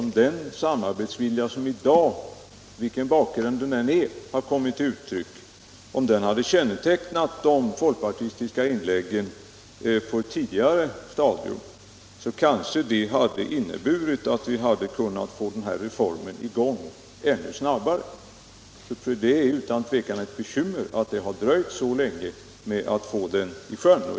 Om den samarbetsvilja som i dag kommit till uttryck — vilken bakgrund den nu än må ha — hade kännetecknat de folkpartistiska inläggen på ett tidigare stadium, skulle vi kanske ha kunnat få i gång denna reform ännu snabbare. Det är utan tvivel ett bekymmer att det dröjt så länge att få den i sjön.